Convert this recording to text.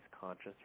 conscious